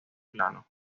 plano